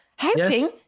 hoping